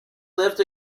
lived